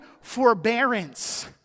forbearance